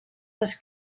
les